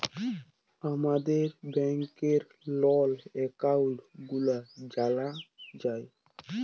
আমাদের ব্যাংকের লল একাউল্ট গুলা জালা যায়